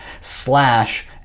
slash